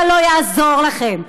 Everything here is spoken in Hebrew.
אבל לא יעזור לכם,